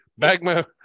Bagmo